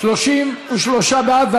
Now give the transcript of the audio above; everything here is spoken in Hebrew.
33 בעד,